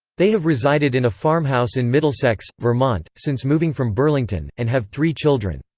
they have resided in a farmhouse in middlesex, vermont, since moving from burlington, and have three children.